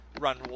run